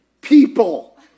People